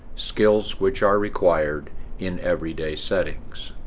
skills which are required in everyday settings